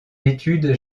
études